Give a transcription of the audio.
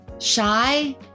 shy